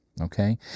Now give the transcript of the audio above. Okay